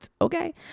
okay